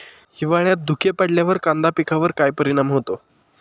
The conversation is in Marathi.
हिवाळ्यात धुके पडल्यावर कांदा पिकावर काय परिणाम होतो?